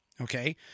Okay